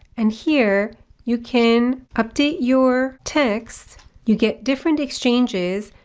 and here you can update your texts. you get different exchanges,